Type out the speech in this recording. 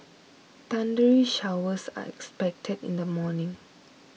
thundery showers are expected in the morning